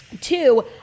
Two